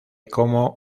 como